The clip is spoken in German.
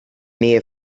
nähe